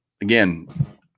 again